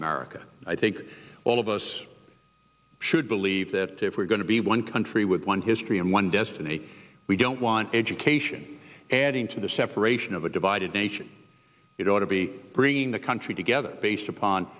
america i think all of us should believe that if we're going to be one country with one history and one destiny we don't want education adding to the separation of a divided nation it ought to be bringing the country together based upon